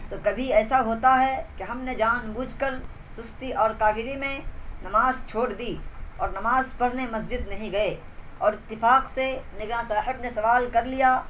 تو کبھی ایسا ہوتا ہے کہ ہم نے جان بوجھ کر سستی اور کاہلی میں نماز چھوڑ دی اور نماز پڑھنے مسجد نہیں گئے اور اتفاق سے نگراں صاحب نے سوال کر لیا